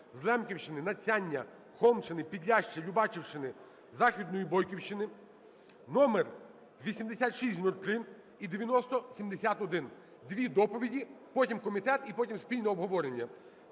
Лемківщини, Надсяння, Холмщини, Підляшшя, Любачівщини, Західної Бойківщини (номери 8603 і 9071). Дві доповіді, потім – комітет, і потім – спільне обговорення.